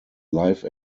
live